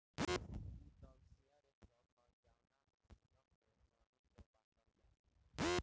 उ सब share stock ह जवना में निगम के स्वामित्व बाटल बा